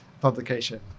publication